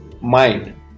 mind